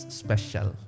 special